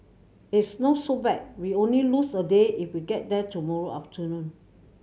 it's not so bad we only lose a day if we get there tomorrow afternoon